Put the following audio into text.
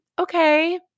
okay